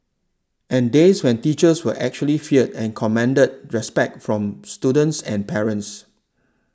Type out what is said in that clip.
and days when teachers were actually feared and commanded respect from students and parents